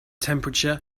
temperature